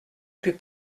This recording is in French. plus